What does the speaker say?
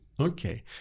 okay